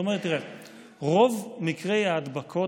הוא אמר: ברוב מקרי ההדבקות,